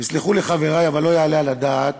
יסלחו לי חברי, אבל לא יעלה על הדעת